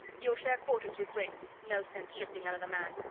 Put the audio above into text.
you'll share quarters with ringg no sense shifting another man.